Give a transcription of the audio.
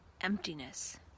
emptiness